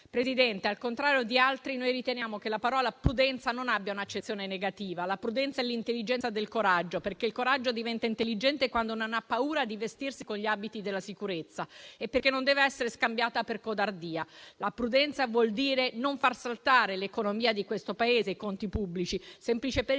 Presidente, al contrario di altri, noi riteniamo che la parola prudenza non abbia un'accezione negativa. La prudenza è l'intelligenza del coraggio, perché il coraggio diventa intelligente quando non ha paura di vestirsi con gli abiti della sicurezza, che non deve essere scambiata per codardia. Prudenza vuol dire non far saltare l'economia di questo Paese e i suoi conti pubblici, semplicemente perché